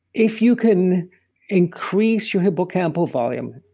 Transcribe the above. if you can increase your hippocampal volume,